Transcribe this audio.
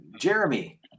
Jeremy